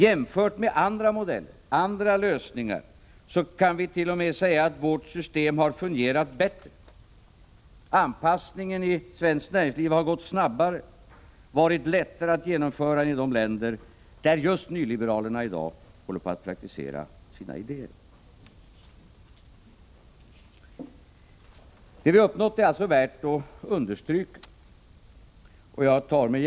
Jämfört med andra modeller, andra lösningar, kan vit.o.m. säga att vårt system har fungerat bättre. Anpassningen i svenskt näringsliv har gått snabbare och varit lättare att genomföra än i de länder där just nyliberaler i dag praktiserar sina idéer. Det är värt att understryka vad vi har uppnått.